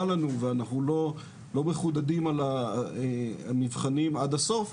לנו ואנחנו לא מחודדים על המבחנים עד הסוף,